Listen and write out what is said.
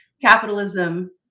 capitalism